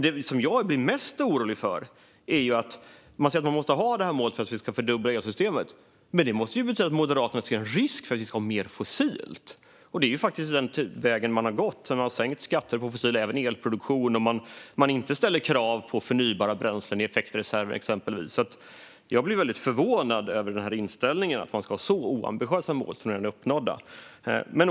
Det som jag blir mest orolig för är att man säger att man måste ha detta mål för att vi ska fördubbla elsystemet. Det måste betyda att Moderaterna ser en risk för att vi ska få mer fossilt. Det är faktiskt den vägen man har gått när man har sänkt skatter på fossilt, även elproduktion, och inte ställt krav på förnybara bränslen i effektreserv, exempelvis. Jag blir väldigt förvånad över den inställningen och över att man ska ha oambitiösa mål som redan är uppnådda.